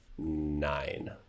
nine